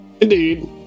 Indeed